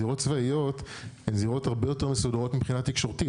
זירות צבאיות הן זירות הרבה יותר מסודרות מבחינה תקשורתית,